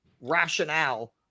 rationale